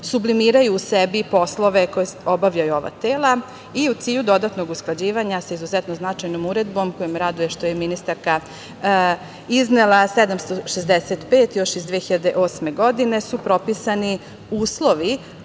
sublimiraju u sebi poslove koje obavljaju ova tela i u cilju dodatnog usklađivanja sa izuzetno značajnom uredbom, raduje me što je ministarka iznela, 765 još iz 2008. godine i propisani su uslovi